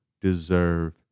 deserve